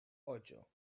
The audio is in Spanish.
ocho